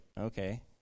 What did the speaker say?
okay